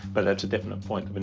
but that's a definite point